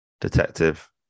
detective